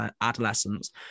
adolescents